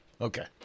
Okay